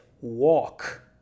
walk